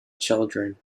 children